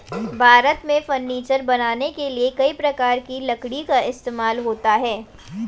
भारत में फर्नीचर बनाने के लिए कई प्रकार की लकड़ी का इस्तेमाल होता है